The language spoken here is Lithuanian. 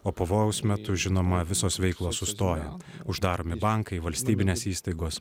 o pavojaus metu žinoma visos veiklos sustoja uždaromi bankai valstybinės įstaigos